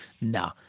No